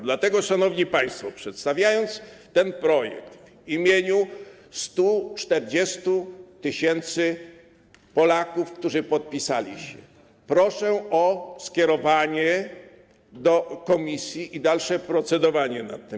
Dlatego, szanowni państwo, przedstawiając ten projekt w imieniu 140 tys. Polaków, którzy pod nim się podpisali, proszę o skierowanie go do komisji i o dalsze procedowanie nad nim.